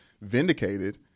vindicated